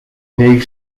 negen